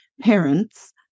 parents